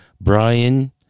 Brian